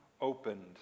opened